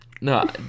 No